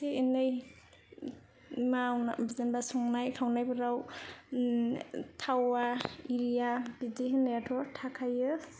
इसे इनै मावना जेनेबा संनाय खावनायफोराव थावा आरिया बिदि होननायाथ ' थाखायो